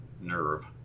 nerve